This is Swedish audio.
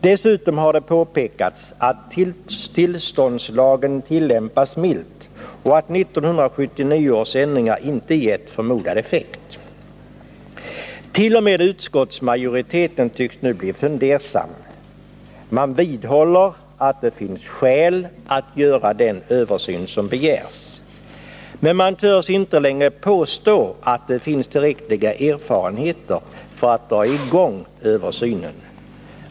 Dessutom har det påpekats att tillståndslagen tillämpas milt och att 1979 års ändringar inte gett förmodad effekt. T. o. m. utskottsmajoriteten tycks nu bli fundersam. Man vidhåller att det finns skäl att göra den översyn som begärs. Men man törs inte längre påstå att det finns tillräckliga erfarenheter för att dra i gång översynen.